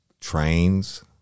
trains